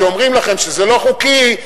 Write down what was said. כשאומרים לכם שזה לא חוקי,